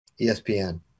ESPN